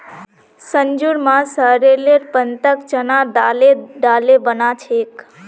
संजूर मां सॉरेलेर पत्ताक चना दाले डाले बना छेक